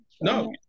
no